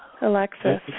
Alexis